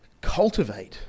cultivate